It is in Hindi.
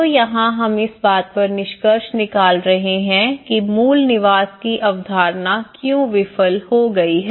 तो यहाँ हम इस बात पर निष्कर्ष निकाल रहे हैं कि मूल निवास की अवधारणा क्यों विफल हो गई है